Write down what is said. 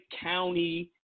county